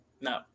no